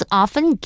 often